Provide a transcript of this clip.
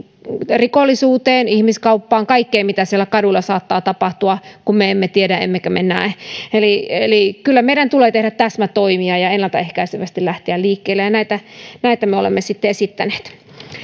rikollisuuteen ihmiskauppaan kaikkeen mitä kaduilla saattaa tapahtua kun me emme tiedä emmekä me näe eli eli kyllä meidän tulee tehdä täsmätoimia ja ennaltaehkäisevästi lähteä liikkeelle ja näitä näitä me olemme sitten esittäneet